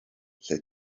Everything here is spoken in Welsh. lle